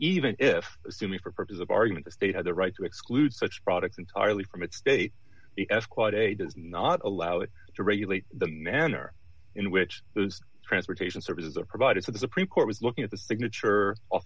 even if sue me for purposes of argument the state had the right to exclude such products entirely from its state s quite a does not allow it to regulate the manner in which the transportation services are provided to the supreme court was looking at the signature